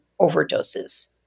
overdoses